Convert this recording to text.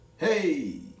Hey